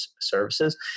services